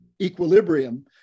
equilibrium